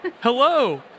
Hello